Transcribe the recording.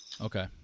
okay